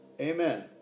amen